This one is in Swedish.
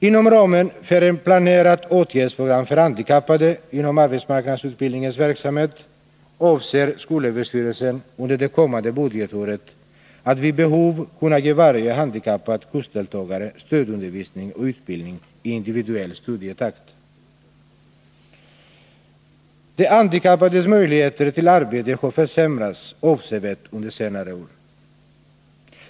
Inom ramen för ett planerat åtgärdsprogram för handikappade inom AMU-verksamheten avser skolöverstyrelsen under det kommande budgetåret att vid behov kunna ge varje handikappad kursdeltagare stödundervisning och utbildning i individuell studietakt. De handikappades möjligheter till arbete har försämrats avsevärt under senare år.